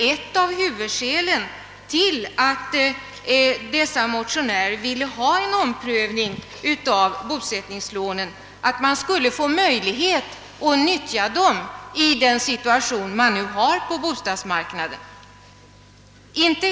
Ett av huvudskälen till att motionärerna vill ha en omprövning av bosättningslånen är nämligen, att man skulle få möjlighet att nyttja dem i den situation som nu råder på bostadsmarknaden, då det så ofta krävs en stor kontantinsats för att få en bostadsrättslägenhet.